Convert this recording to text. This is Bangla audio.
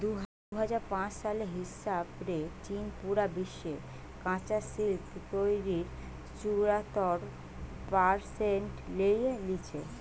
দুই হাজার পাঁচ সালের হিসাব রে চীন পুরা বিশ্বের কাচা সিল্ক তইরির চুয়াত্তর পারসেন্ট লেই লিচে